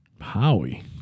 Howie